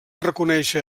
reconèixer